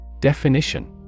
Definition